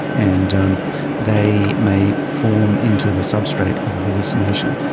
and um they may form into the substrate of a hallucination.